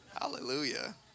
Hallelujah